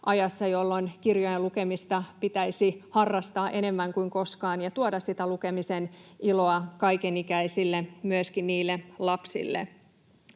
jolloin kirjojen lukemista pitäisi harrastaa enemmän kuin koskaan ja tuoda sitä lukemisen iloa kaikenikäisille, myöskin lapsille.